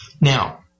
Now